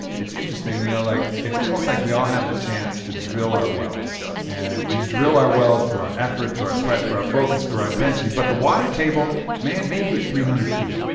it's interesting, you know like it's almost like we all have the chance to drill our wells. and we drill our wells through our effort, through our sweat, through our focus, through our intensity. but the water table may may be at three hundred feet.